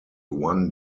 one